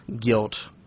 guilt